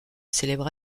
célèbre